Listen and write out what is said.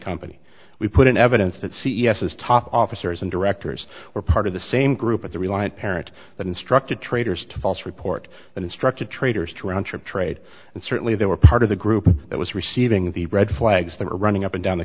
company we put in evidence that c e o s is top officers and directors were part of the same group at the reliant parent that instructed traders to false report and instructed traders to round trip trade and certainly they were part of the group that was receiving the red flags that were running up and down the